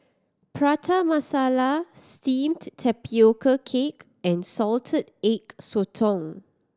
Prata Masala Steamed Tapioca Cake and Salted Egg Sotong